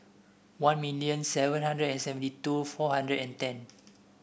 one million seven hundred and seventy two four hundred and ten